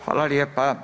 Hvala lijepa.